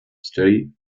study